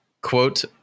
quote